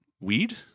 weed